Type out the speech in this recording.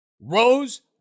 Rose